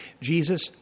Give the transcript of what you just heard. Jesus